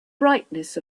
brightness